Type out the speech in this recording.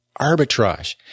arbitrage